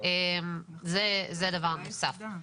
זה הדבר הנוסף.